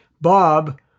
Bob